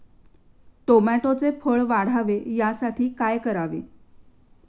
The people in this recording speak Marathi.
टोमॅटोचे फळ वाढावे यासाठी काय करावे?